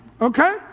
okay